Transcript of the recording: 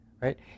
right